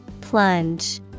Plunge